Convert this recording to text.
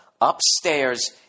Upstairs